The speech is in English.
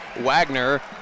Wagner